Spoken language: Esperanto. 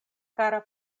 kara